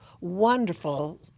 wonderful